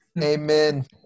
Amen